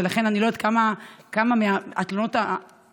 ולכן אני לא יודעת כמה מהתלונות החשובות